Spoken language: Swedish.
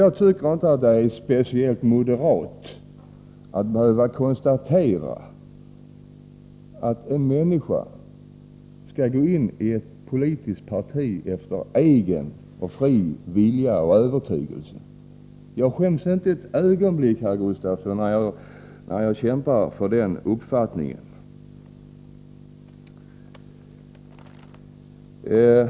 Jag tycker inte att det är speciellt moderat att konstatera att en människa skall gå in i ett politiskt parti efter egen fri vilja och övertygelse. Jag skäms inte ett ögonblick, herr Gustafsson, när jag kämpar för den uppfattningen.